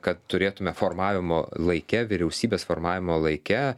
kad turėtume formavimo laike vyriausybės formavimo laike